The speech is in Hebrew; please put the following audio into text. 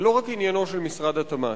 זה לא רק עניינו של משרד התמ"ת.